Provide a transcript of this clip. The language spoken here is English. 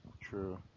true